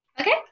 Okay